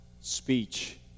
speech